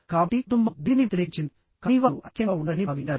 కాబట్టి కుటుంబం దీనిని వ్యతిరేకించింది కానీ వారు ఐక్యంగా ఉండాలని భావించారు